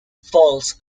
falls